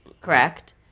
correct